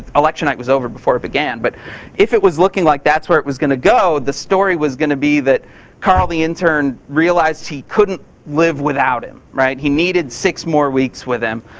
election night was over before it began, but if it was looking like that's where it was gonna go, the story was gonna be that carl the intern realized he couldn't live without him. he needed six more weeks with him